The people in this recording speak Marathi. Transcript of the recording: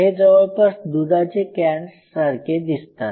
हे जवळपास दुधाचे कॅन्स सारखे दिसतात